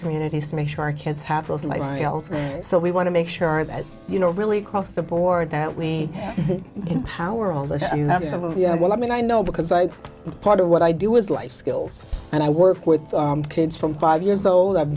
communities to make sure our kids have those and so we want to make sure that you know really across the board that we empower well i mean i know because i part of what i do is life skills and i work with kids from five years old i've